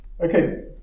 Okay